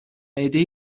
عدهای